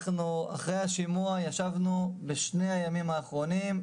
אחרי השימוע אנחנו ישבנו בשני הימים האחרונים,